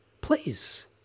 Please